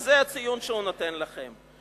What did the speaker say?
אז זה הציון שהוא נותן לכם.